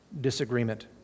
disagreement